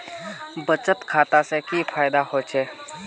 बचत खाता से की फायदा होचे?